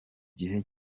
gihe